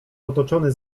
otoczony